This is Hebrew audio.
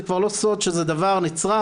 זה כבר לא סוד שזה דבר נצרך,